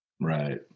Right